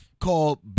called